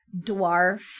dwarf